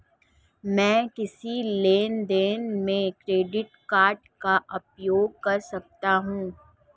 मैं किस लेनदेन में क्रेडिट कार्ड का उपयोग कर सकता हूं?